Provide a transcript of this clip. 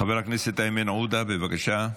חבר הכנסת איימן עודה, בבקשה.